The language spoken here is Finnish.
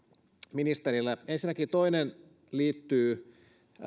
ministerille ensinnäkin toinen liittyy